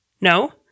No